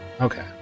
Okay